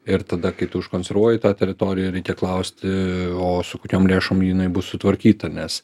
ir tada kai tu užkonservuoji tą teritoriją reikia klausti o su kokiom lėšom jinai bus sutvarkyta nes